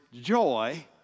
joy